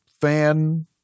fan